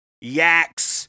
yaks